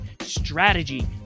Strategy